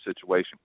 situation